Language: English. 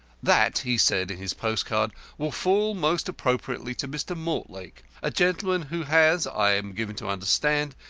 that, he said in his postcard, will fall most appropriately to mr. mortlake, a gentleman who has, i am given to understand,